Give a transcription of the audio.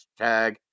hashtag